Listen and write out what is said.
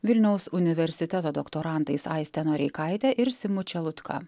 vilniaus universiteto doktorantais aiste noreikaite ir simu čulutka